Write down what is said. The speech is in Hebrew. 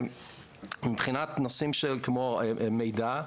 מבחינת נושאים כמו מידע,